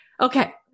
Okay